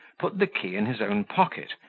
put the key in his own pocket,